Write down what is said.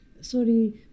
Sorry